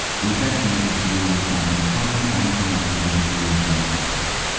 it was better to make it deal with something totally unconnected with its original subject.